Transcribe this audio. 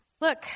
Look